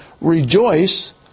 Rejoice